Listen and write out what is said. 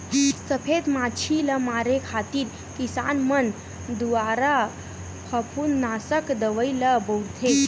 सफेद मांछी ल मारे खातिर किसान मन दुवारा फफूंदनासक दवई ल बउरथे